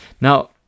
Now